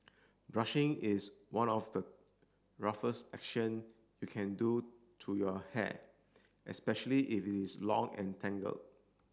brushing is one of the roughest action you can do to your hair especially if is long and tangle